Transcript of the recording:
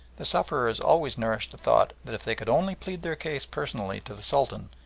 the sufferers always nourished the thought that if they could only plead their case personally to the sultan,